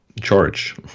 charge